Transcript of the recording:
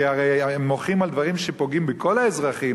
כי הרי הם מוחים בדברים שפוגעים בכל האזרחים,